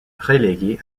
relégué